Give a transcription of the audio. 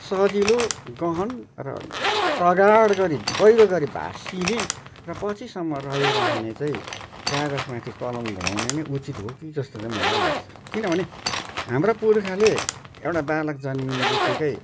सजिलो गहन र प्रगाढ गरी गहिरो गरी भासिने र पछिसम्म रही रहने चाहिँ कागज माथि कलम घुमाउने नै उचित हो कि जस्तो चाहिँ मलाई लाग्छ किनभने हाम्रा पुर्खाले एउटा बालक जन्मिने बित्तिकै